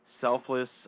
selfless